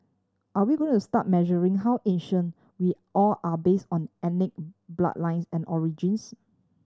are we going to start measuring how Asian we all are base on ethnic bloodlines and origins